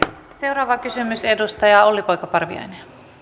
seuraava kysymys edustaja olli poika parviainen